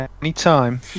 Anytime